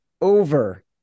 over